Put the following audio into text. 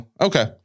Okay